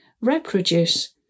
reproduce